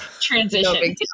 transition